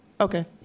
Okay